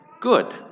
good